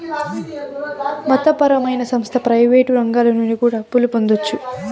మత పరమైన సంస్థ ప్రయివేటు రంగాల నుండి కూడా అప్పులు పొందొచ్చు